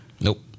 Nope